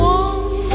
one